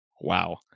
wow